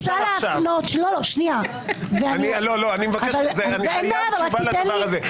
אני רוצה להפנות --- אני חייב תשובה לדבר הזה.